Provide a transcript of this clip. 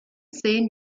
sehen